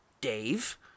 Dave